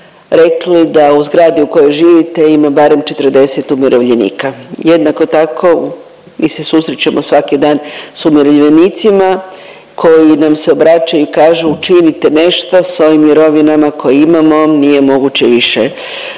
rekli da u zgradi u kojoj živite ima barem 40 umirovljenika. Jednako tako mi se susrećemo svaki dan s umirovljenicima koji nam se obraćaju i kažu učinite nešto s ovim mirovinama koje imamo nije moguće više